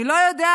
אני לא יודעת